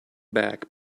back